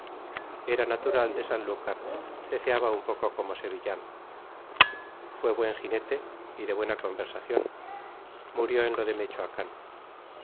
era natural de san lucar ceceaba un poco como sevillano fu buen ginete y de buena conversacion murió en lo de mechoacan